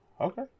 Okay